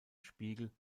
spiegel